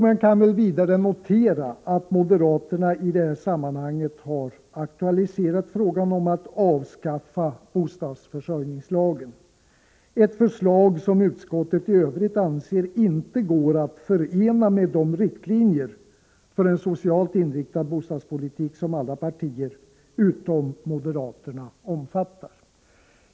Man kan vidare notera att moderaterna i detta sammanhang har aktualiserat frågan om att avskaffa bostadsförsörjningslagen — ett förslag som utskottet i övrigt inte anser går att förena med de riktlinjer för en socialt inriktad bostadspolitik som alla partier, utom moderaterna, omfattar.